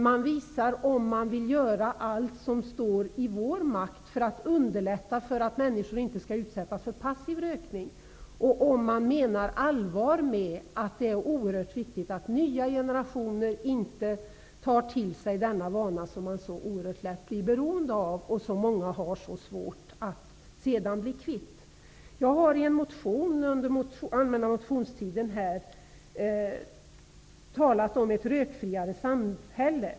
Man visar om man vill göra allt som står i politikers makt för att underlätta för människor att inte utsättas för passiv rökning, och man visar om man menar allvar med att det är oerhört viktigt att nya generationer inte tar till sig denna vana, en vana som man så oerhört lätt blir beroende av och som många har så svårt att bli kvitt. I en motion under allmänna motionstiden har jag tagit upp frågan om ett rökfriare samhälle.